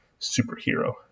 superhero